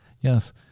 Yes